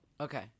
Okay